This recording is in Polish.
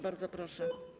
Bardzo proszę.